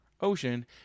ocean